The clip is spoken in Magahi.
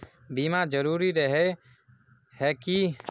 बीमा जरूरी रहे है की?